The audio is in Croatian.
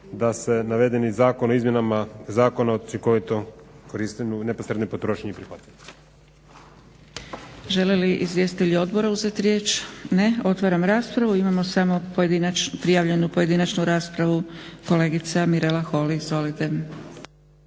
da se navedeni zakona o izmjenama Zakona o učinkovitom korištenju neposredne potrošnje i prihvati. **Zgrebec, Dragica (SDP)** Žele li izvjestitelji odbora uzeti riječ? Ne. Otvaram raspravu. Imamo samo prijavljenu pojedinačnu raspravu kolegica Mirela Holy, izvolite.